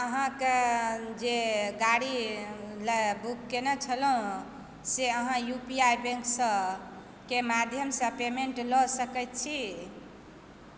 अहाँकेँ जे गाड़ी लए बुक कयने छलहुँ से अहाँ यू पी आई बैंकसँ के माध्यमसँ पेमेन्ट लऽ सकैत छी